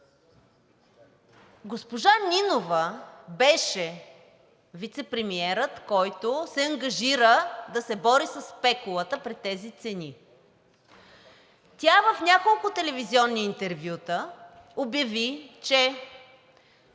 госпожа Нинова беше вицепремиерът, който се ангажира да се бори със спекулата при тези цени. Тя в няколко телевизионни интервюта обяви, че